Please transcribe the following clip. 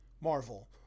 Marvel